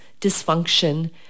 dysfunction